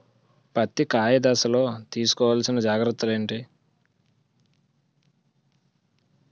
పత్తి కాయ దశ లొ తీసుకోవల్సిన జాగ్రత్తలు ఏంటి?